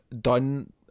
done